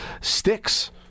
Sticks